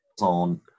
on